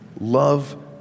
Love